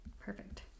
Perfect